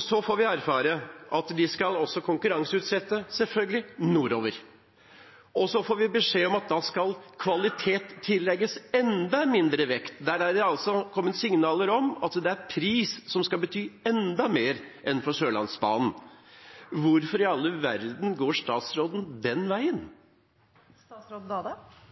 Så får vi erfare at vi også – selvfølgelig – skal konkurranseutsette nordover. Vi får beskjed om at da skal kvalitet tillegges enda mindre vekt. Det er kommet signaler om at der skal pris bety enda mer enn for Sørlandsbanen. Hvorfor i all verden går statsråden den veien?